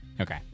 Okay